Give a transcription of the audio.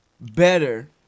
better